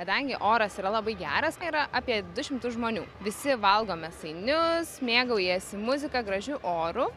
kadangi oras yra labai geras tai yra apie du šimtus žmonių visi valgo mėsainius mėgaujasi muzika gražiu oru